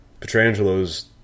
Petrangelo's